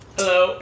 Hello